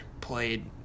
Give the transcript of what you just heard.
played